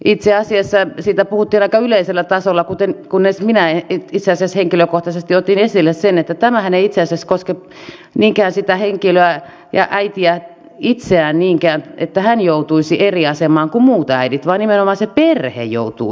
itse asiassa siitä puhuttiin aika yleisellä tasolla kunnes minä itse asiassa henkilökohtaisesti otin esille sen että tämähän ei itse asiassa koske sitä henkilöä ja äitiä itseään niinkään että hän joutuisi eri asemaan kuin muut äidit vaan nimenomaan se perhe joutuu eri asemaan